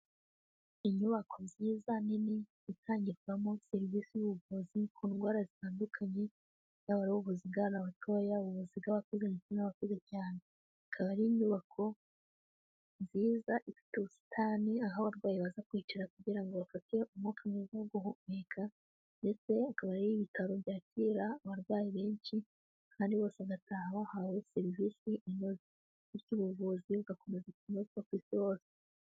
Inyubako nziza nini itangirwamo serivisi zubuvuzi ku ndwara zitandukanye, yaba ari ubuvuzi bw'abana batoya, ubuvuzi bw'abakuze ndetse n'abakuze cyane, ikaba ari inyubako nziza ifite ubusitani, aho abarwayi baza kwicara kugira ngo bafate umwuka mwiza wo guhumeka ndetse akaba ari ibitaro byakira abarwayi benshi kandi bose bagataha bahawe serivisi inoze bityo ubuvuzi bugakomeza kunozwa ku isi hose.